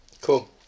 cool